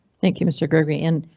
thank you mr gregory and.